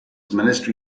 ministry